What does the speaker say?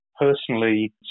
personally